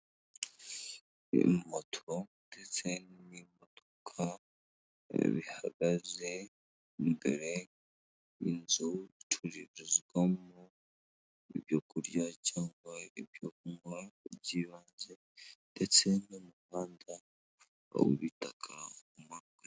Moto ndetse n'imodoka bihagaze imbere y'inzu icururizwamo ibyo kurya cyangwa ibyo kunywa by'ibanze ndetse ni mu muhanda w'ibitaka umanuka.